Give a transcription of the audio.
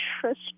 trust